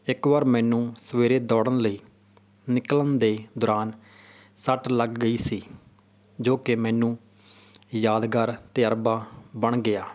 ਇੱਕ ਵਾਰ ਮੈਨੂੰ ਸਵੇਰੇ ਦੌੜਨ ਲਈ ਨਿਕਲਣ ਦੇ ਦੌਰਾਨ ਸੱਟ ਲੱਗ ਗਈ ਸੀ ਜੋ ਕਿ ਮੈਨੂੰ ਯਾਦਗਾਰ ਤਜ਼ਰਬਾ ਬਣ ਗਿਆ